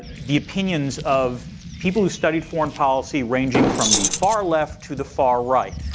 the opinions of people who studied foreign policy ranging from the far left to the far right,